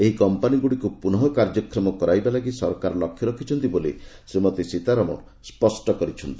ଏହି କମ୍ପାନୀଗୁଡ଼ିକୁ ପୁନଃ କାର୍ଯ୍ୟକ୍ଷମ କରାଇବା ସରକାରଙ୍କ ଲକ୍ଷ୍ୟ ବୋଲି ଶ୍ରୀମତୀ ସୀତାରମଣ ସ୍ୱଷ୍ଟ କରିଛନ୍ତି